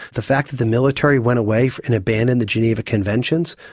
the fact that the military went away and abandoned the geneva conventions,